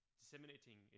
disseminating